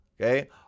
okay